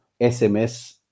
SMS